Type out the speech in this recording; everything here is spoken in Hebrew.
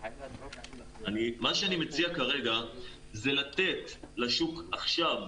מה שאני מציע כרגע זה לתת לשוק עכשיו,